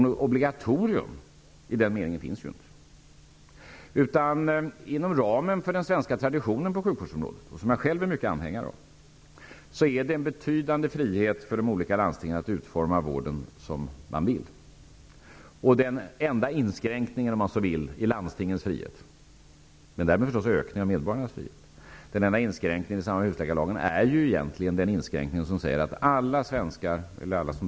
Något obliagatorium i den meningen finns alltså inte. Inom ramen för den svenska traditionen på sjukvårdsområdet, som jag själv är anhängare av, finns det en betydande frihet för de olika landstingen att utforma vården som de vill. Den enda inskränkningen, om man vill använda det ordet, i landstingens frihet i samband med husläkarlagen är egentligen att alla som bor i Sverige har rätt att lista sig hos en egen husläkare.